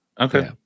Okay